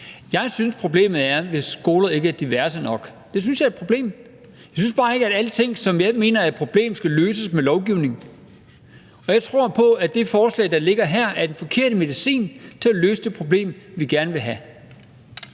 Jeg synes, problemet er, hvis skoler ikke er diverse nok – det synes jeg er et problem. Jeg synes bare ikke, at alting, som jeg mener er et problem, skal løses med lovgivning. Og jeg tror, at det forslag, der ligger her, er den forkerte medicin til at løse det problem, vi gerne vil have